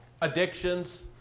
addictions